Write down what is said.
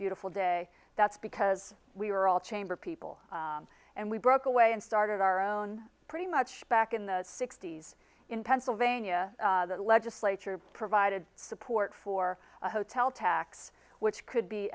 beautiful day that's because we're all chamber people and we broke away and started our own pretty much back in the sixty's in pennsylvania legislature provided support for a hotel tax which could be